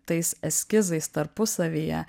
tais eskizais tarpusavyje